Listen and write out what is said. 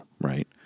right